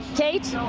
kate